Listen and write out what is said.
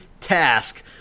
task